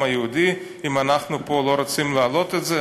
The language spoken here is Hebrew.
היהודי אם אנחנו פה לא רוצים להעלות את זה?